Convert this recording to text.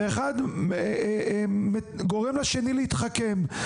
ואחד גורם לשני להתחכם.